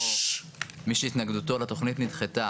או מי שהתנגדותו לתוכנית נדחתה,